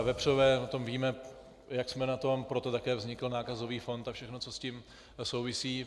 Vepřové, o tom víme, jak jsme na tom, proto také vznikl nákazový fond a všechno, co s tím souvisí.